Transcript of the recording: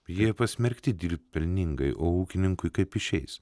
jie pasmerkti dirbt pelningai o ūkininkui kaip išeis